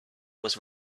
was